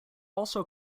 also